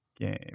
game